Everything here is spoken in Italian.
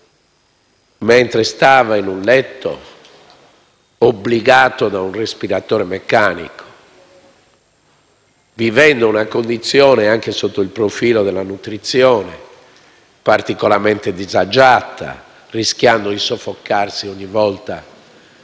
mentre stava in un letto, obbligato a un respiratore meccanico, vivendo una condizione, anche sotto il profilo della nutrizione, particolarmente disagiata, rischiando di soffocare ogni volta